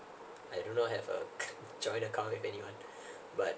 I do not have a joint account with anyone but